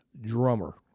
Drummer